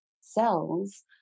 cells